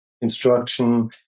instruction